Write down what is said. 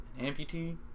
Amputee